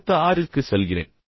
அடுத்த ஆறிற்கு செல்கிறேன்